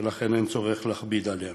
ולכן אין צורך להכביד עליהם.